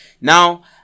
Now